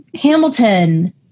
Hamilton